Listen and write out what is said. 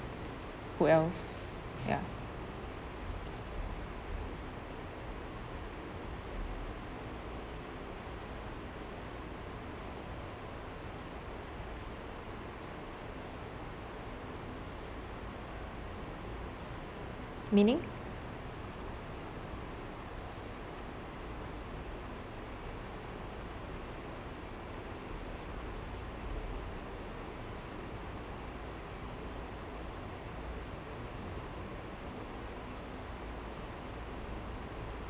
who else ya meaning